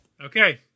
Okay